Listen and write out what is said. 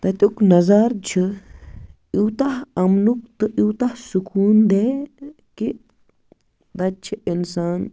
تَتیُک نظارٕ چھِ یوٗتاہ اَمٕنُک تہِ یوٗتاہ سکوٗن دٔہ کہ تَتہِ چھِ اِنسان